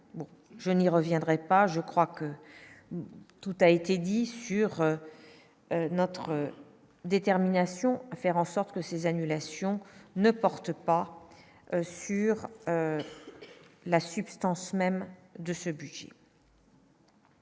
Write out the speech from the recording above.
je n'y reviendrai pas, je crois que tout a été dit sur notre détermination. Faire en sorte que ces annulations ne porte pas sur la substance même de ce budget.